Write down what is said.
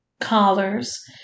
collars